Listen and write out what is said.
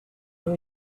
will